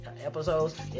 Episodes